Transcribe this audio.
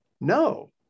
no